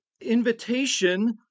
invitation